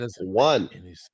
one